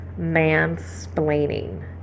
mansplaining